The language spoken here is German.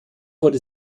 wurde